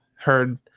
heard